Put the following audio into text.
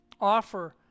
offer